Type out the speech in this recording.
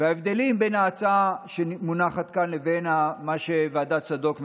וההבדלים בין ההצעה שמונחת כאן לבין מה שוועדת צדוק מציינת,